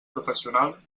professional